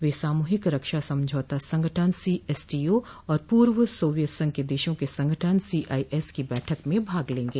वे सामूहिक रक्षा समझौता संगठन सीएसटीओ और पूर्व सोवियत संघ के देशों के संगठन सीआईएस की बैठक में भी भाग लेंगे